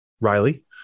Riley